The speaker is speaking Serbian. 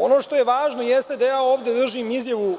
Ono što je važno jeste da ja ovde držim izjavu